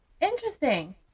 interesting